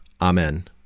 Amen